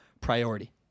priority